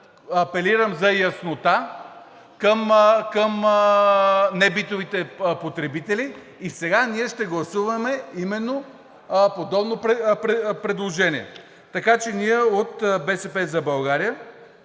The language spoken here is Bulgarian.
апелирам за яснота към небитовите потребители и сега ние ще гласуваме именно подобно предложение. Така че ние от „БСП за България“